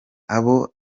aho